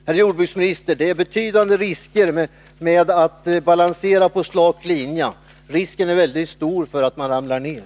Herr jordbruksminister, det är betydande risker med att balansera på slak lina — risken är väldigt stor för att man ramlar ned.